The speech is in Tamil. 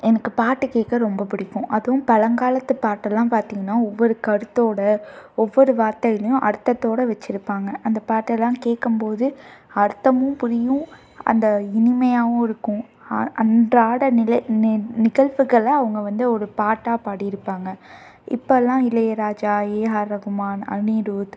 எனக்கு பாட்டு கேட்க ரொம்ப பிடிக்கும் அதுவும் பழங்காலத்து பாட்டெலாம் பார்த்தீங்கன்னா ஒவ்வொரு கருத்தோடு ஒவ்வொரு வார்த்தையிலையும் அர்த்தத்தோடு வச்சுருப்பாங்க அந்த பாட்டெல்லாம் கேட்கும்போது அர்த்தமும் புரியும் அந்த இனிமையாகவுருக்கும் அன்றாட நிகழ்வுகளை அவங்க வந்து ஒரு பாட்டாக பாடியிருப்பாங்க இப்போலாம் இளையராஜா ஏஆர் ரகுமான் அனிரூத்